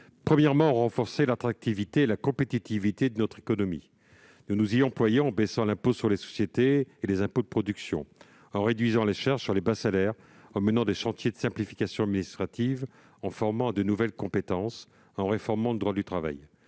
Premièrement, il faut renforcer l'attractivité et la compétitivité de notre économie. Nous nous y employons en baissant l'impôt sur les sociétés et les impôts de production, en réduisant les charges sur les bas salaires, en menant des chantiers de simplification administrative, en formant de nouvelles compétences ou encore en réformant le droit du travail.